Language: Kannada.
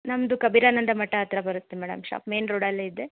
ನಮ್ಮದು ಕಬೀರಾನಂದ ಮಠ ಹತ್ರ ಬರುತ್ತೆ ಮೇಡಮ್ ಶಾಪ್ ಮೇನ್ ರೋಡಲ್ಲೇ ಇದೆ